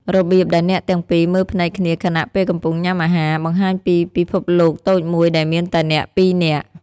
របៀបដែលអ្នកទាំងពីរមើលភ្នែកគ្នាខណៈពេលកំពុងញ៉ាំអាហារ បង្ហាញពីពិភពលោកតូចមួយដែលមានតែអ្នកពីរនាក់។